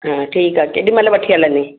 हा ठीकु आहे केॾीमहिल वठी हलंदे